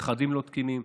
רכבים לא תקינים,